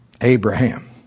Abraham